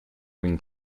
wing